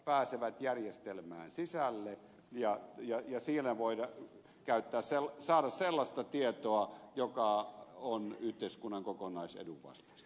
pääsevät järjestelmään sisälle ja siinä voidaan saada sellaista tietoa joka on yhteiskunnan kokonaisedun vastaista